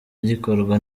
gikorwa